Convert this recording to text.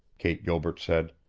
kate gilbert said.